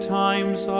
times